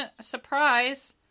surprise